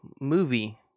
movie